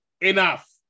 enough